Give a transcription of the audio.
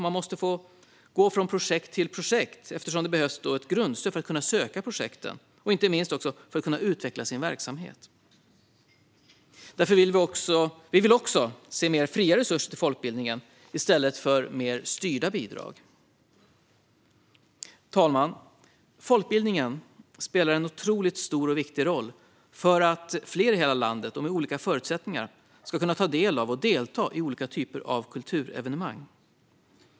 Man måste gå från projekt till projekt, eftersom det behövs grundstöd för att kunna söka projekt och inte minst för att kunna utveckla sin verksamhet. Vi vill därför se mer fria resurser till folkbildningen i stället för mer styrda bidrag. Fru talman! Folkbildningen spelar en otroligt stor och viktig roll för att fler i hela landet och med olika förutsättningar ska kunna ta del av och delta i olika typer av kulturevenemang.